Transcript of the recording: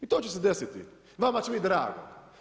I to će se desiti, vama će biti drago.